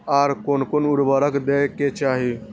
आर कोन कोन उर्वरक दै के चाही?